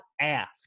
Ask